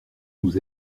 nous